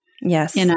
Yes